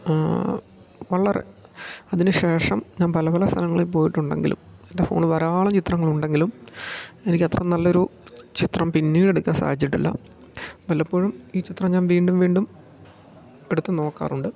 വളരെ അതിനു ശേഷം ഞാൻ പല പല സ്ഥലങ്ങളിൽ പോയിട്ടുണ്ടെങ്കിലും എൻ്റെ ഫോണിൽ ധാരാളം ചിത്രങ്ങൾ ഉണ്ടെങ്കിലും എനിക്ക് അത്ര നല്ലൊരു ചിത്രം പിന്നീട് എടുക്കാൻ സാധിച്ചിട്ടില്ല വല്ലപ്പോഴും ഈ ചിത്രം ഞാൻ വീണ്ടും വീണ്ടും എടുത്ത് നോക്കാറുണ്ട്